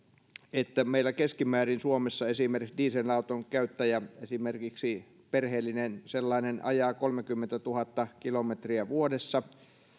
että meillä keskimäärin suomessa esimerkiksi dieselauton käyttäjä esimerkiksi perheellinen sellainen ajaa kolmekymmentätuhatta kilometriä vuodessa